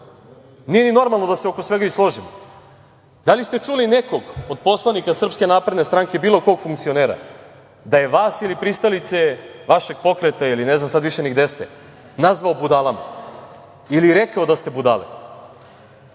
nije ni normalno da se oko svega složimo, da li ste čuli nekog od poslanika SNS, bilo kog funkcionera da je vas ili pristalice vašeg pokreta ili ne znam više i gde ste, nazvao budalama ili rekao da ste budale? Ja